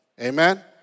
Amen